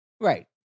Right